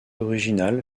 original